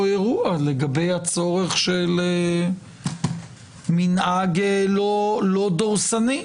אירוע לגבי הצורך של מנהג לא דורסני.